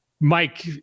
Mike